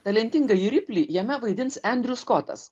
talentingąjį riplį jame vaidins endrius skotas